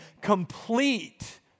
complete